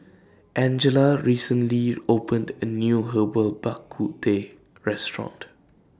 Angella recently opened A New Herbal Bak Ku Teh Restaurant